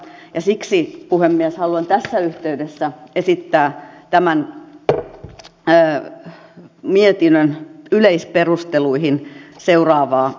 ja siksi puhemies haluan tässä yhteydessä esittää tämän mietinnön yleisperusteluihin seuraavaa lausumaa